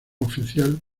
oficial